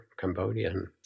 Cambodian